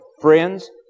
friends